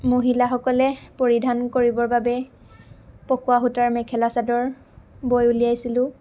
মহিলাসকলে পৰিধান কৰিবৰ বাবে পকোৱা সূতাৰ মেখেলা চাদৰ বৈ উলিয়াইছিলোঁ